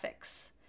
graphics